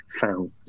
found